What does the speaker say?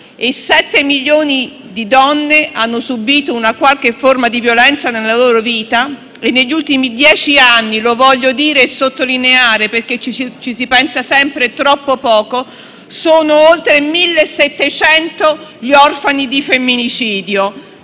7 milioni le donne che hanno subito una qualche forma di violenza nella loro vita e negli ultimi dieci anni - lo voglio dire e sottolineare, perché ci si pensa sempre e troppo poco - sono oltre 1.700 gli orfani di femminicidio.